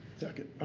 second.